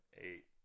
eight